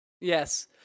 Yes